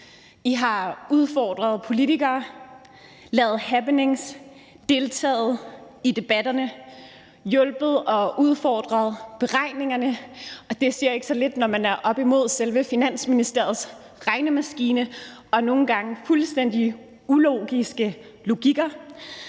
I har udfordret politikere, lavet happenings, deltaget i debatterne, hjulpet og udfordret beregningerne. Og det siger ikke så lidt, når man er oppe imod selve Finansministeriets regnemaskine og nogle gange fuldstændig ulogiske logikker.